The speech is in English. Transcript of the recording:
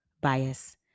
bias